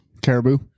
Caribou